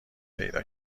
پیدا